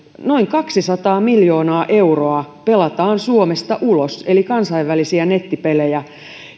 noin kaksisataa miljoonaa euroa pelataan suomesta ulos eli kansainvälisiä nettipelejä